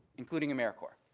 including americorps.